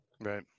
right